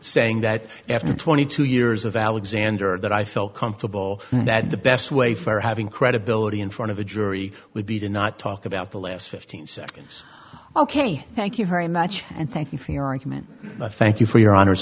saying that after twenty two years of alexander that i felt comfortable that the best way for having credibility in front of a jury would be to not talk about the last fifteen seconds ok thank you very much and thank you for your argument thank you for your hono